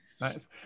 nice